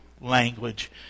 language